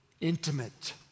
intimate